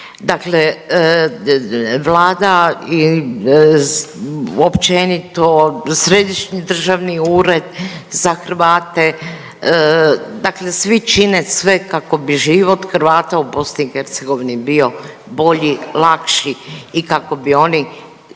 Dakle Vlada i općenito Središnji državni ured za Hrvate, dakle svi čine sve kako bi život Hrvata u BiH bio bolji, lakši i kako bi oni